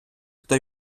хто